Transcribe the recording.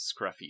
scruffy